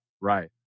Right